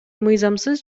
мыйзамсыз